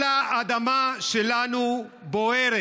כל אדמה שלנו בוערת.